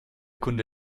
kunde